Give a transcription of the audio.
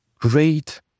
great